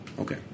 Okay